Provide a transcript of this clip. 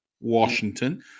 Washington